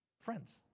Friends